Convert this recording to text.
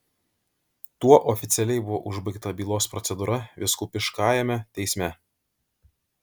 tuo oficialiai buvo užbaigta bylos procedūra vyskupiškajame teisme